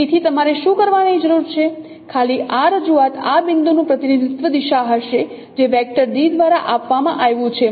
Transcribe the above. તેથી તમારે શું કરવાની જરૂર છે ખાલી આ રજૂઆત આ બિંદુનું પ્રતિનિધિત્વ દિશા હશે જે વેક્ટર d દ્વારા આપવામાં આવ્યું છે